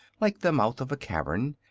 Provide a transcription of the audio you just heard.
like the mouth of a cavern,